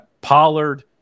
Pollard